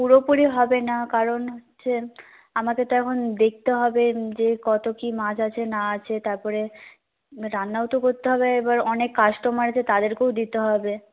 পুরোপুরি হবে না কারণ হচ্ছে আমাকে তো এখন দেখতে হবে যে কত কী মাছ আছে না আছে তারপরে রান্নাও তো করতে হবে এবার অনেক কাস্টমার আছে তাদেরকেও দিতে হবে